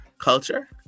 culture